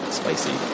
spicy